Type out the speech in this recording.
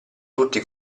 tutti